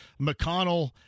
McConnell